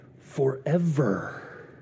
forever